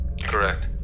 Correct